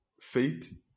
faith